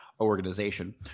organization